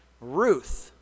Ruth